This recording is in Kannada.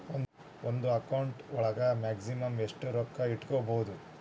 ಒಂದು ಅಕೌಂಟ್ ಒಳಗ ಮ್ಯಾಕ್ಸಿಮಮ್ ಎಷ್ಟು ರೊಕ್ಕ ಇಟ್ಕೋಬಹುದು?